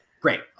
Great